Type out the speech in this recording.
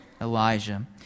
Elijah